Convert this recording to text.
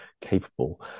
capable